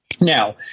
Now